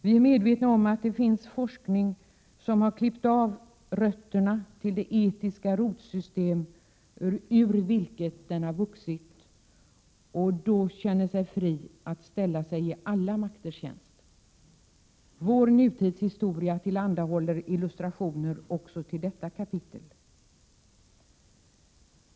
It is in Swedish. Vi är samtidigt medvetna om att det finns forskning som har klippt av rötterna till det etiska rotsystem ur vilket den har vuxit och därför känner sig fri att ställa sig i alla makters tjänst. Vår nutidshistoria tillhandahåller illustrationer också till detta kapitel.